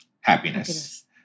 happiness